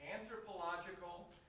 anthropological